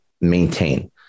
maintain